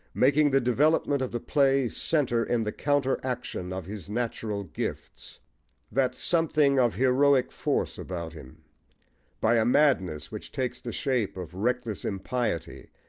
making the development of the play centre in the counteraction of his natural gifts that something of heroic force about him by a madness which takes the shape of reckless impiety,